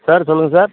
sir சொல்லுங்கள் sir